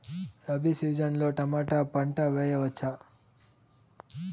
Rabi season లో tomato పంట వేయవచ్చా?